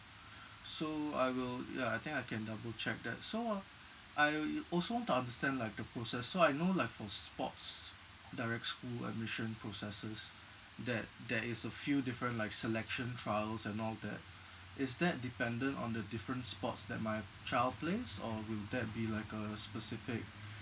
so I will ya I think I can double check that so uh I also want to understand like the process so I know like from sports direct school admission processes that there is a few different like selection trials and all that is that dependent on the different sports that my child plays or will that be like a specific